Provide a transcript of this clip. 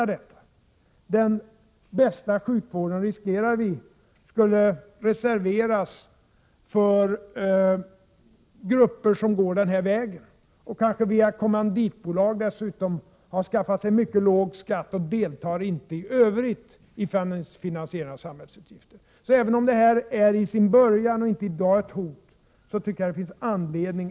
Vi riskerar att den bästa sjukvården reserveras för grupper som är inne på den här vägen. De har kanske via kommanditbolag skaffat sig låg skatt och deltar inte i övrigt i att finansiera samhällsutgifter. Även om detta är i sin början och inte utgör något hot i dag, finns det anledning att klart säga ifrån. — Prot.